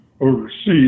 overseas